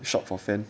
shop for fans